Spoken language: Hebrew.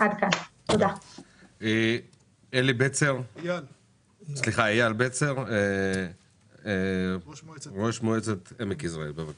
אייל בצר, ראש מועצת עמק יזרעאל.